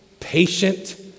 patient